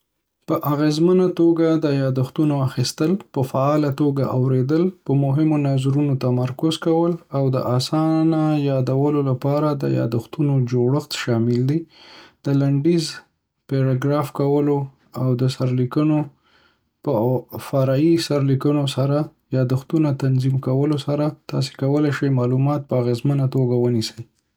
په اغیزمنه توګه د یادښتونو اخیستل په فعاله توګه اوریدل، په مهمو نظرونو تمرکز کول، او د اسانه یادولو لپاره د یادښتونو جوړښت شامل دي. د لنډیز، پاراګراف کولو، او د سرلیکونو او فرعي سرلیکونو سره د یادښتونو تنظیم کولو سره، تاسو کولی شئ معلومات په اغیزمنه توګه ونیسئ